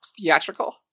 theatrical